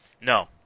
No